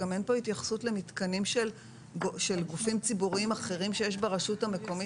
גם אין כאן התייחסות למתקנים של גופים ציבוריים אחרים שיש ברשות המקומית